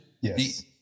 Yes